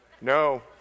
No